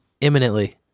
Imminently